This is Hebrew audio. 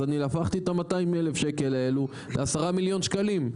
אז אני הפכתי את ה-200,000 שקלים האלו ל-10 מיליון שקלים.